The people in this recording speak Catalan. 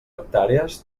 hectàrees